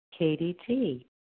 KDT